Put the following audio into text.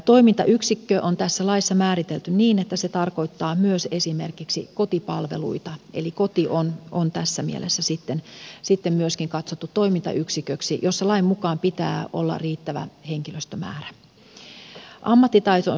toimintayksikkö on tässä laissa määritelty niin että se tarkoittaa myös esimerkiksi kotipalveluita eli myöskin koti on tässä mielessä katsottu toimintayksiköksi jossa lain mukaan pitää olla riittävä henkilöstömäärä